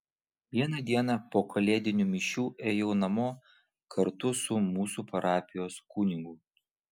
vieną dieną po kalėdinių mišių ėjau namo kartu su mūsų parapijos kunigu